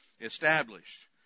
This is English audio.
established